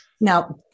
Now